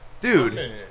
Dude